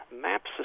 maps